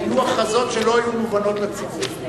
היו הכרזות שלא היו מובנות לציבור.